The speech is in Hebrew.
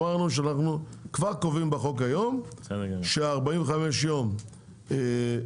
אמרנו שאנחנו כבר קובעים בחוק היום ש-45 יום יבוטל,